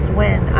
win